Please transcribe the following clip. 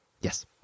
Yes